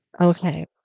Okay